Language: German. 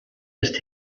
ist